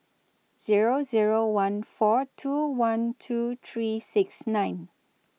Zero Zero one four two one two three six nine